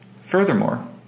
Furthermore